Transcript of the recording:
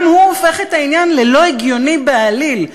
גם זה הופך את העניין ללא הגיוני בעליל,